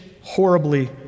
horribly